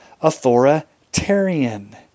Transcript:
authoritarian